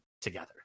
together